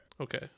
okay